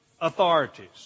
authorities